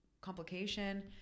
complication